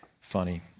funny